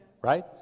Right